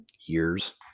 years